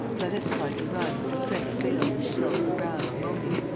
clarisse tried to run, but her strength failed and she fell to the ground, moaning,